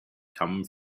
come